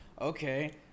okay